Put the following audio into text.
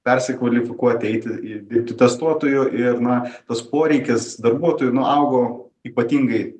persikvalifikuoti eiti į būti testuotoju ir na tas poreikis darbuotojų na augo ypatingai